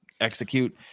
execute